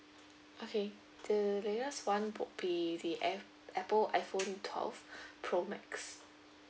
okay the latest [one] would be ap~ Apple iphone twelve pro max